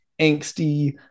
angsty